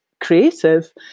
creative